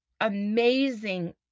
amazing